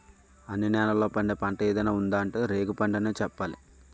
అన్ని నేలల్లో పండే పంట ఏదైనా ఉందా అంటే రేగిపండనే చెప్పాలి